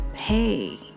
hey